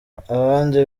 abandi